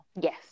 Yes